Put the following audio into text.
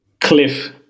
cliff